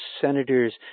senators